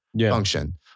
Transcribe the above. function